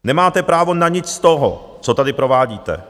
Nemáte právo na nic z toho, co tady provádíte.